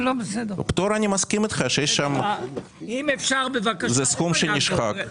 אני מסכים איתך שזה סכום שנשחק.